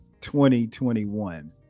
2021